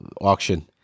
auction